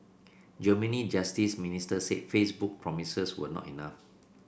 Germany's justice minister said Facebook promises were not enough